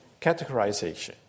categorization